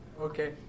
Okay